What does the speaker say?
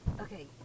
Okay